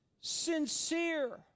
sincere